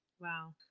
Wow